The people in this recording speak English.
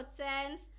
tens